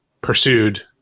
pursued